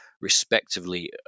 respectively